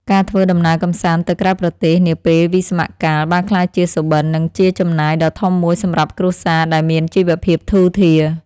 ការធ្វើដំណើរកម្សាន្តទៅក្រៅប្រទេសនាពេលវិស្សមកាលបានក្លាយជាសុបិន និងជាចំណាយដ៏ធំមួយសម្រាប់គ្រួសារដែលមានជីវភាពធូរធារ។